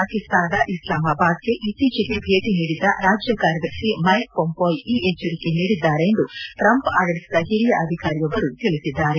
ಪಾಕಿಸ್ತಾನದ ಇಸ್ಲಾಮಾಬಾದ್ ಗೆ ಇತ್ತೀಚೆಗೆ ಭೇಟಿ ನೀಡಿದ್ದ ರಾಜ್ಯ ಕಾರ್ಯದರ್ಶಿ ಮೈಕ್ ಪೊಂಪೊಯ್ ಈ ಎಚ್ವರಿಕೆ ನೀಡಿದ್ದಾರೆ ಎಂದು ಟ್ರಂಪ್ ಆಡಳಿತದ ಹಿರಿಯ ಅಧಿಕಾರಿಯೊಬ್ಬರು ತಿಳಿಸಿದ್ದಾರೆ